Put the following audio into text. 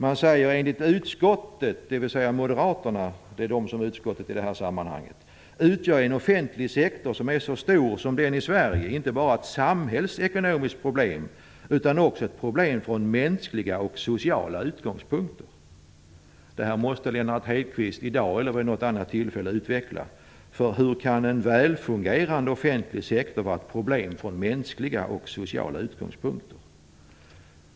Där står: "Enligt utskottet" - dvs. moderaterna, som i detta sammanhang är utskottet - "utgör en offentlig sektor som är så stor som den i Sverige inte vara ett samhällsekonomiskt problem utan också ett problem från mänskliga och sociala utgångspunkter." Detta måste Lennart Hedquist i dag eller vid något annat tillfälle utveckla. Hur kan en välfungerande offentlig sektor vara ett problem från mänskliga och sociala utgångspunkter?